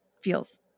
feels